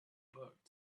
book